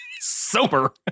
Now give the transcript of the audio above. sober